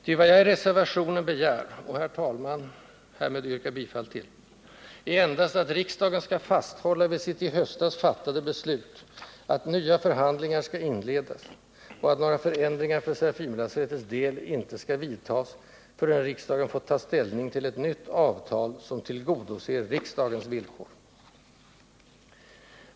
Ty vad jag i min reservation begär — och, herr talman, härmed yrkar bifall till — är endast att riksdagen skall fasthålla vid sitt i höstas fattade beslut att nya förhandlingar skall inledas och att några förändringar för Serafimerlasarettets del icke skall vidtas, förrän riksdagen har fått ta ställning till ett nytt avtal, som tillgodoser riksdagens villkor.